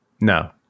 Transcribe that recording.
No